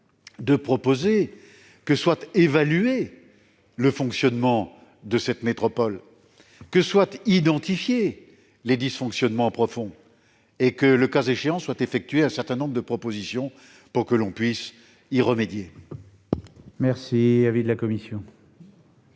proposer que soit évalué le fonctionnement de cette métropole, que soient identifiés les dysfonctionnements profonds et que, le cas échéant, soit formulées un certain nombre de propositions pour y remédier. Quel est l'avis de la commission